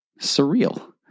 surreal